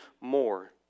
more